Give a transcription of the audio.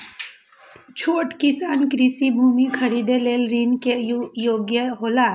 छोट किसान कृषि भूमि खरीदे लेल ऋण के योग्य हौला?